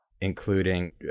including